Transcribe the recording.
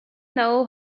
now